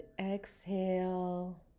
exhale